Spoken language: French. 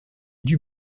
dut